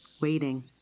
waiting